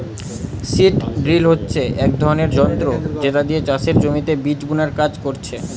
seed drill হচ্ছে এক ধরণের যন্ত্র যেটা দিয়ে চাষের জমিতে বীজ বুনার কাজ করছে